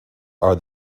are